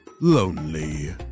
lonely